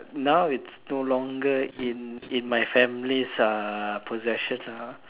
uh now it's no longer in in my family's uh possession ah